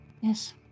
Yes